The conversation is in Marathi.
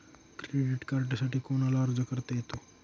क्रेडिट कार्डसाठी कोणाला अर्ज करता येतो?